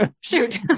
Shoot